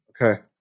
Okay